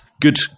good